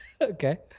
Okay